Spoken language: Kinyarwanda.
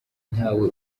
ntawe